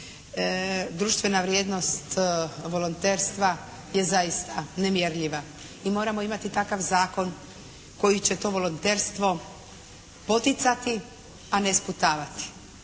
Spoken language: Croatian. Društvena vrijednost volonterstva je zaista nemjerljiva. Mi moramo imati takav zakon koji je će poticati a ne sputavati.